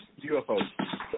UFOs